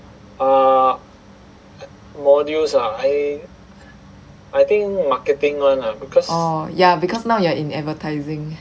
oh ya because now you are in advertising